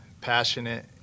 passionate